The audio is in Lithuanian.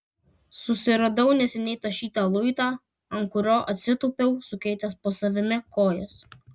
susiradau neseniai tašytą luitą ant kurio atsitūpiau sukeitęs po savimi kojas